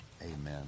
amen